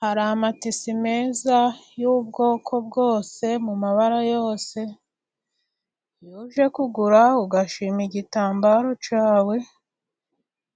Hari amatisi meza y'ubwoko bwose, mu mabara yose, iyo uje kugura ugashima igitambaro cyawe